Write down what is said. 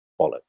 bollocks